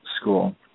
school